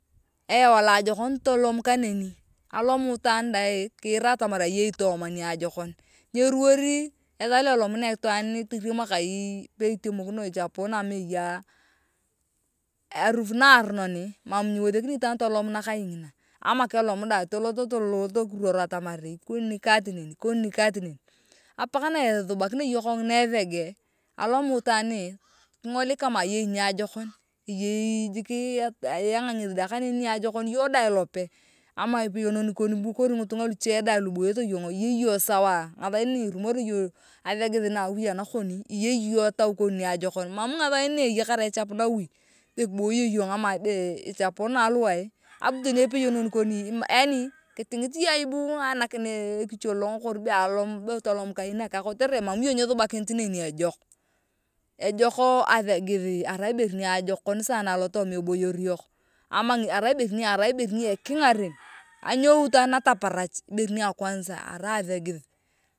Eyewa loajokon tolon kaneni alomu itwaan daang kiira atamar ayepitooma niajokon nyerunetori ethaaa lo elomunia itwaan toriam akai ichapuna ama eyei arufu na aronon mam nyiwethekini itwaan tolum nakai ngina ama keloma daang tolot kiruwor atamar ikoni nikati neni ikoni nikati neni apak na ithubakinea iyong kimie etheg alomu itwaan kingolik kama ayei niajokon eyei jik kiyang’a ngethi dae kaneni niajokon iyong dae ilope ama epeyenom kon bu ama ngitunga lucho daang lu eboyete iyong iyei sawa ngathai na irumori athegith nawi anakon iyei iyong etau kon niajokon mam ngathain na ibuyo yong be ichapuni aluwae abu teni epeyonom koni yaani kitingit iyong aibu teni ainakini ekicholong kori be alumuni be tolem kai naka kotere mam iyong nyuthubakinit neni ejok ejoko athegith arai abere niajokon sana aloitooma eboyor yok ama arai abere niajokon sana alotooma ebayor yok ama arai ibere niarai ibere ni ekingaren anyon itaan nataparach ibere ni akwanza arai athegith